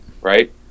right